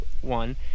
One